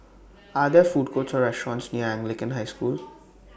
Are There Food Courts Or restaurants near Anglican High School